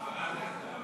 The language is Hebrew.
(תיקון מס' 12), התשע"ד 2014, נתקבל.